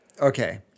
Okay